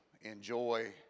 enjoy